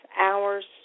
hours